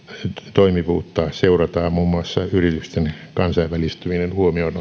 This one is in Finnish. toimivuutta seurataan muun muassa yritysten kansainvälistyminen huomioon